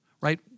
right